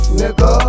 nigga